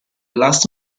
last